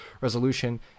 resolution